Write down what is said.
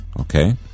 Okay